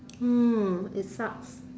mm it sucks